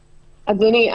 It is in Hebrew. אדוני,